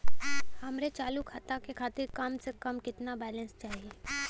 हमरे चालू खाता खातिर कम से कम केतना बैलैंस चाही?